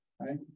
right